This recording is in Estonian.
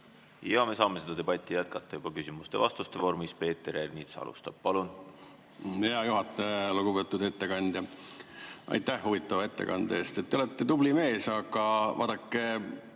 Ja me saame seda debatti jätkata juba küsimuste-vastuste vormis. Peeter Ernits alustab. Palun! Hea juhataja! Lugupeetud ettekandja, aitäh huvitava ettekande eest! Te olete tubli mees, aga vaadake,